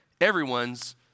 everyone's